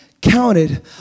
counted